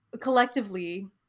collectively